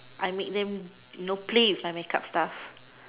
I make them you know play with my makeup stuff